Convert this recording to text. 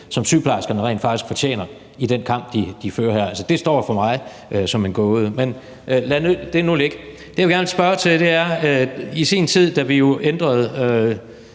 som sygeplejerskerne rent faktisk fortjener i den kamp, de fører her. Altså, det står jo for mig som en gåde, men lad det nu ligge. Det, jeg gerne vil spørge til, er, at SF, da vi i sin tid ændrede